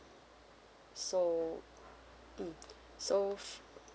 so mm so